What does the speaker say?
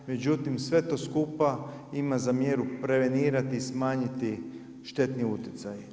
Međutim, sve to skupa ima za mjeru prevenirati i smanjiti štetni utjecaj.